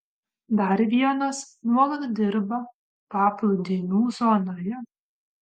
dar vienas nuolat dirba paplūdimių zonoje